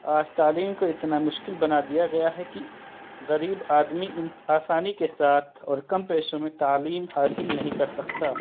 آج تعلیم کو اتنا مشکل بنا دیا گیا ہے کہ غریب آدمی ان آسانی کے ساتھ اور کم پیسوں میں تعلیم حاصل نہیں کر سکتا